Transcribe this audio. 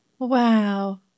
Wow